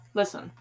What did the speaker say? listen